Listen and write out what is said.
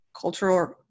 cultural